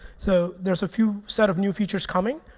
so there's a few set of new features coming.